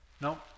No